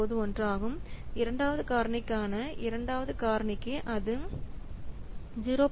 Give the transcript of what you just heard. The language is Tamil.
9091 ஆகும் 2 வது காரணிக்கான 2 வது காரணிக்கு இது 0